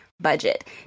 budget